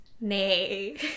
nay